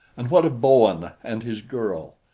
and what of bowen and his girl?